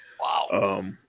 Wow